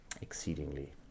Exceedingly